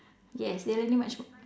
yes they learning much